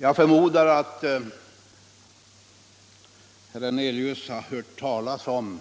Jag förmodar att herr Hernelius har hört talas om